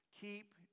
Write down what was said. Keep